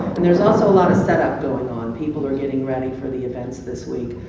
and there's also a lot of setup going on. people are getting ready for the events this week.